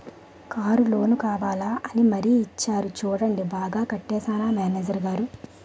Car loan కావాలా అని మరీ ఇచ్చేరు చూడండి బాగా కట్టేశానా మేనేజరు గారూ?